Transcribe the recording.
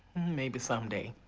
maybe someday.